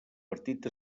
partit